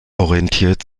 orientiert